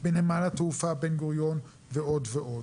בנמל התעופה בן גוריון ועוד ועוד.